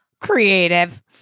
Creative